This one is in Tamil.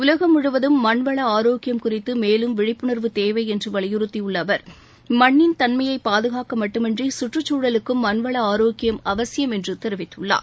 உலகம் முழுவதும் மண்வள ஆரோக்கியம் குறித்து மேலும் விழிப்புணர்வு தேவை என்று வலியுறுத்தியுள்ள அவர் மண்ணின் தன்மையை பாதுகாக்க மட்டுமின்றி சுற்றுச்சூழலுக்கும் மண்வள ஆரோக்கியம் அவசியம் என்று தெரிவித்துள்ளார்